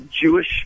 Jewish